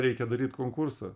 reikia daryt konkursą